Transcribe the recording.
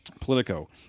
Politico